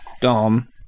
Dom